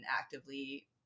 actively